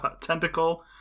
tentacle